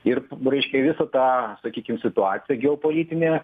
ir reiškia visa ta sakykim situacija geopolitinė